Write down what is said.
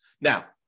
Now